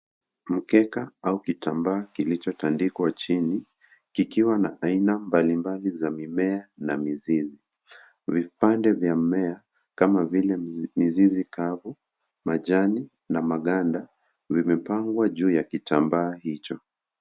Mkeka au kitambaa kilichotandikwa chini, kikiwa na aina mbalimbali za mimea na mizizi. Vipande vya mimea kama vile mizizi kavu, majani na maganda vimepangwa juu ya kitambaa hicho.